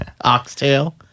Oxtail